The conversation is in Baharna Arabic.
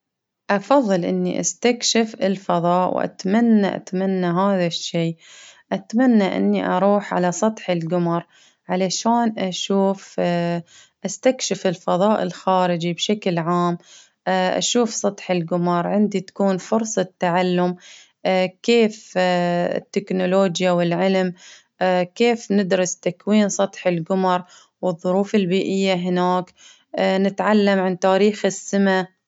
أفظل إني أستكشف الفظاء، وأتمنى أتمنى هذا الشي، أتمنى إني أروح على سطح الجمر، علشان اشوف إستكشاف الفضاء الخارجي بشكل عام. أشوف سطح القمر، عندي تكون فرصة تعلم، كيف تكنولوجيا والعلم؟ كيف ندرس تكوين سطع الجمر والظروف البيئية هناك؟ نتعلم عن تاريخ السما.